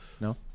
No